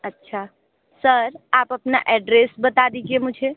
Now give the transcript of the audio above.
अच्छा सर आप अपना एड्रेस बता दीजिए मुझे